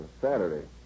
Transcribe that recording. Saturday